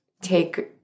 take